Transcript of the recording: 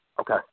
Okay